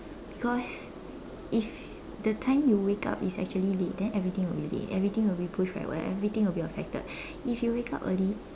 because if the time you wake up is actually late then everything will be late everything will be pushed backward everything will be affected if you wake up early